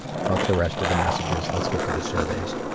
fuck the rest of the messages let's get to the surveys.